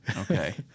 Okay